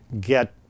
get